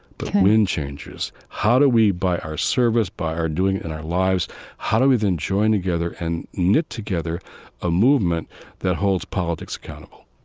but wind-changers. how do we by our service, by our doing in our lives how do we then join together and knit together a movement that holds politics accountable?